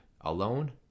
alone